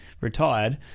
retired